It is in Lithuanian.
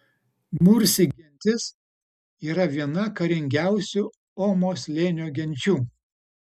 mursi gentis yra viena karingiausių omo slėnio genčių